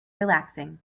relaxing